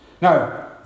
Now